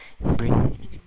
Bring